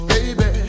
Baby